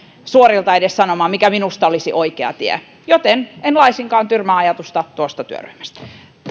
suorilta sanomaan mikä minusta olisi oikea tie joten en laisinkaan tyrmää ajatusta tuosta työryhmästä